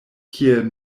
kiel